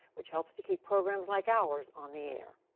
which helps to keep programs like ours on the air.